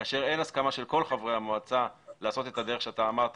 היום כאשר אין הסכמה של כל חברי המועצה לעשות את הדרך שאתה אמרת,